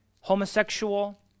homosexual